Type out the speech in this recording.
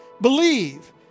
believe